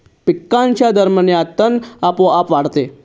पिकांच्या दरम्यान तण आपोआप वाढते